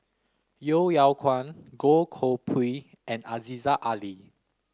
Yeo Yeow Kwang Goh Koh Pui and Aziza Ali